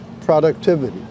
productivity